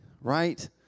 right